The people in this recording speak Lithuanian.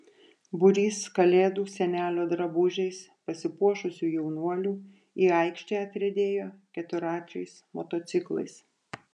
būrys kalėdų senelio drabužiais pasipuošusių jaunuolių į aikštę atriedėjo keturračiais motociklais